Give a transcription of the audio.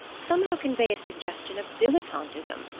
somehow convey a suggestion of dilettantism.